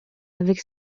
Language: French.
avec